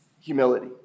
humility